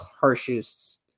harshest